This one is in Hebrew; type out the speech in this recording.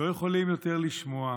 לא יכולים יותר לשמוע,